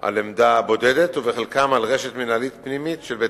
על עמדה יחידה ובחלקם על רשת מינהלית פנימית של בית-הספר.